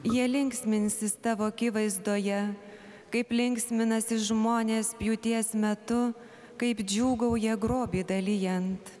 jie linksminsis tavo akivaizdoje kaip linksminasi žmonės pjūties metu kaip džiūgauja grobį dalijant